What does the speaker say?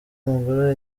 umugore